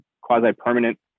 quasi-permanent